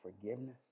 forgiveness